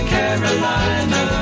Carolina